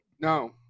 No